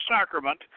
sacrament